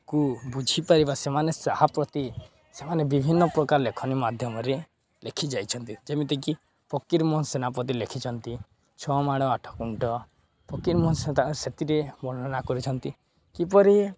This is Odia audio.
କୁ ବୁଝିପାରିବା ସେମାନେ ତାହା ପ୍ରତି ସେମାନେ ବିଭିନ୍ନପ୍ରକାର ଲେଖନୀ ମାଧ୍ୟମରେ ଲେଖିଯାଇଛନ୍ତି ଯେମିତିକି ଫକୀରମୋହନ ସେନାପତି ଲେଖିଛନ୍ତି ଛଅ ମାଣ ଆଠ ଗୁଣ୍ଠ ଫକୀରମୋହନ ସେ ସେଥିରେ ବର୍ଣ୍ଣନା କରିଛନ୍ତି କିପରି